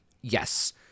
Yes